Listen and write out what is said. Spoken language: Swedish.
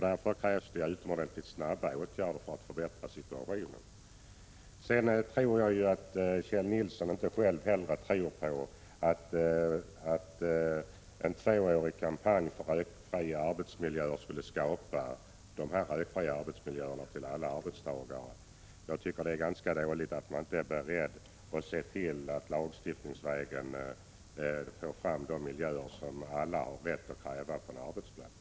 Det krävs utomordentligt snabba åtgärder för att förbättra situationen. Jag tror vidare inte att Kjell Nilsson ens själv är övertygad om att en tvåårig kampanj för rökfria arbetsmiljöer skulle skapa sådana för alla arbetstagare. Jag tycker att det är ganska dåligt att man inte är beredd att lagstiftningsvägen få fram sådana miljöer som alla har rätt att kräva på en arbetsplats.